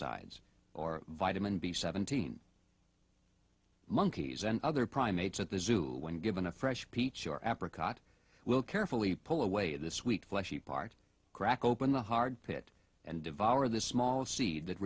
asides or vitamin b seventeen monkeys and other primates at the zoo when given a fresh peach or apricots will carefully pull away this week fleshy part crack open the hard pit and devour the small seed that